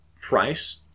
price